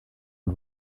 und